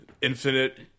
Infinite